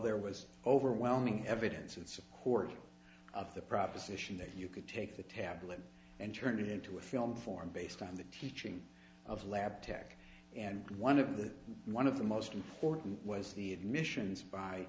there was overwhelming evidence in support of the proposition that you could take the tablet and turn it into a film form based on the teaching of lab tech and one of the one of the most important was the admissions by